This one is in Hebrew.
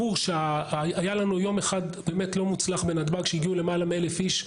ברור שהיה לנו יום אחד באמת לא מוצלח בנתב"ג שהגיעו למעלה מ-1,000 איש,